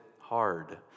hard